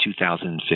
2015